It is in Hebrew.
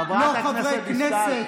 חבר הכנסת קרעי,